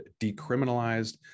decriminalized